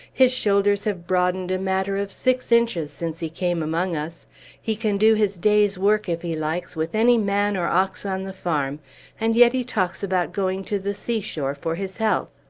his shoulders have broadened a matter of six inches since he came among us he can do his day's work, if he likes, with any man or ox on the farm and yet he talks about going to the seashore for his health!